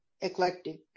eclectic